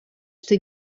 что